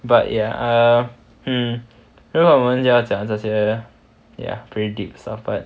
but ya uh mm 如果我们要讲这些 ya pretty deep stuff ya but